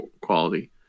quality